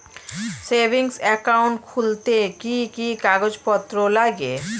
Savings account খুলতে কি কি কাগজপত্র লাগে?